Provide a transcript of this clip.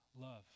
Love